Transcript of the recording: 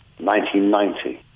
1990